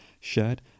shared